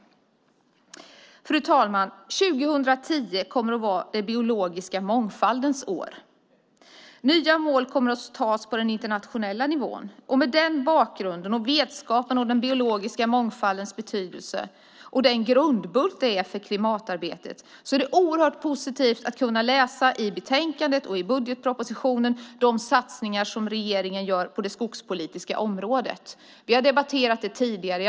Fru ålderspresident! År 2010 kommer att vara den biologiska mångfaldens år. Nya mål kommer att antas på den internationella nivån. Med den bakgrunden och med vetenskapen om den biologiska mångfaldens betydelse som grundbult för klimatarbetet är det oerhört positivt att kunna läsa i betänkandet och i budgetpropositionen om de satsningar som regeringen gör på det skogspolitiska området. Vi har debatterat det tidigare.